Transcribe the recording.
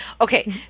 Okay